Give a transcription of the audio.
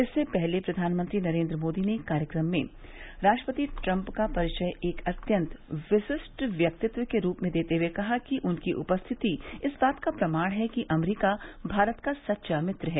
इससे पहले प्रधानमंत्री नरेन्द्र मोदी ने कार्यक्रम में राष्ट्रपति ट्रम्प का परिचय एक अत्यंत विशिष्ट व्यक्ति के रूप में देते हुए कहा कि उनकी उपस्थिति इस बात का प्रमाण है कि अमरीका भारत का सच्चा मित्र है